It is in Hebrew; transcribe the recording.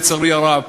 לצערי הרב.